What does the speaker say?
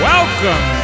Welcome